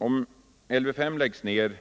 Om Lv 5 läggs ned